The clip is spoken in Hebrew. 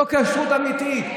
לא כשרות אמיתית.